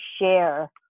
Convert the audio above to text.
share